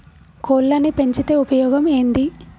కోళ్లని పెంచితే ఉపయోగం ఏంది?